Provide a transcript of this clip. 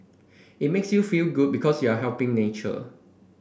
it makes you feel good because you are helping nature